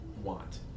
want